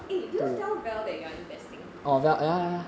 eh did you tell vel that you are investing